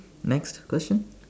next question